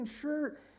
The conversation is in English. shirt